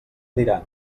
diran